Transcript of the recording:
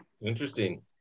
Interesting